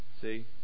See